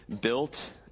built